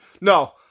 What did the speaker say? no